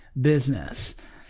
business